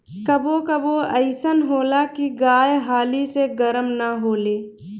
कबो कबो अइसन होला की गाय हाली से गरम ना होले